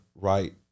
right